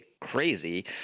crazy